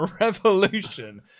revolution